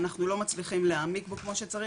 אנחנו לא מצליחים להעמיק בו כמו שצריך